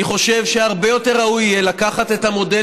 אני חושב שהרבה יותר ראוי יהיה לקחת את המודל